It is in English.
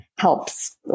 Helps